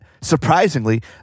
surprisingly